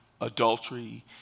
adultery